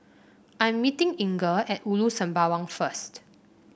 I am meeting Inger at Ulu Sembawang first